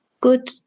good